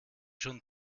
schon